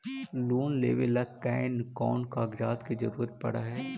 Loan लेबे ल कैन कौन कागज के जरुरत पड़ है?